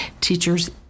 Teachers